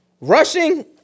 Rushing